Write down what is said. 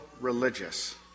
religious